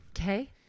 Okay